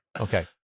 Okay